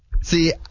See